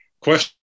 question